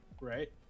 right